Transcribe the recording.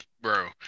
Bro